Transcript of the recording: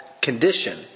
condition